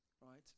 right